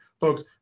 Folks